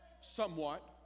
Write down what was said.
Somewhat